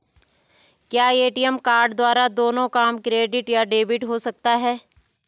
क्या ATM card द्वारा दोनों काम क्रेडिट या डेबिट हो सकता है?